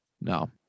No